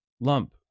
Lump